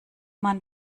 man